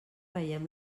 veiem